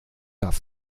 darf